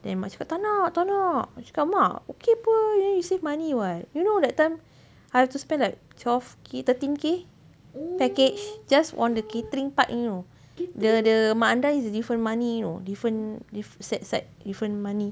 then mak cakap tak nak tak nak cakap mak okay apa ni you save money [what] you know that time I have to spend like twelve K thirteen K package just on the catering part you know the the mak andam is different money you know different set aside different money